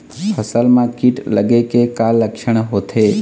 फसल म कीट लगे के का लक्षण होथे?